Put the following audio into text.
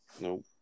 No